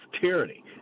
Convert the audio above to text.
tyranny